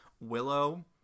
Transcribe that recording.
Willow